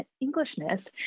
Englishness